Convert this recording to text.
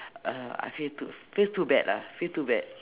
uh I feel too feels too bad lah feel too bad